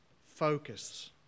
Focus